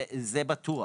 זה בטוח.